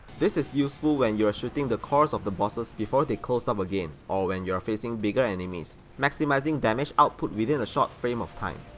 this is useful when you're shooting the cores of the bosses before they close up again or when you're facing bigger enemies, maximizing damage output within a short frame of time.